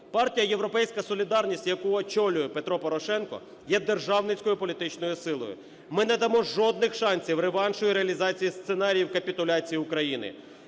Партія "Європейська Солідарність", яку очолює Петро Порошенко, є державницькою політичною силою. Ми не дамо жодних шансів реваншу і реалізації сценаріїв капітуляції України,